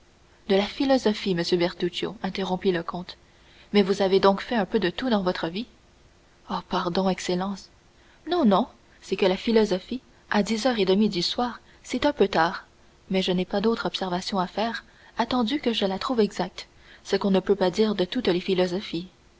de la philosophie monsieur bertuccio interrompit le comte mais vous avez donc fait un peu de tout dans votre vie oh pardon excellence non non c'est que la philosophie à dix heures et demie du soir c'est un peu tard mais je n'ai pas d'autre observation à faire attendu que je la trouve exacte ce qu'on ne peut pas dire de toutes les philosophies